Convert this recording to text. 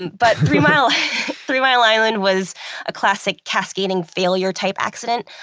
but three mile three mile island was a classic cascading failure type accident.